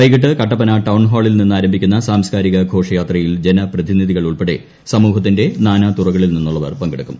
വൈകിട്ട് കട്ടപ്പന ടൌൺ ഹാളിൽ നിന്ന് ആരംഭിക്കുന്ന സാംസ്കാരിക ഘോഷയാത്രയിൽ ജനപ്രതിനിധികൾ ഉൾപ്പെടെ സമൂഹത്തിന്റെ നാനാതുറകളിൽ നിന്നുള്ളവർ പങ്കെടുക്കും